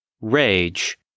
rage